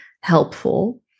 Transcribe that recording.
helpful